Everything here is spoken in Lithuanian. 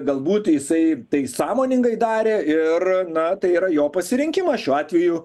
galbūt jisai tai sąmoningai darė ir na tai yra jo pasirinkimas šiuo atveju